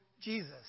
Jesus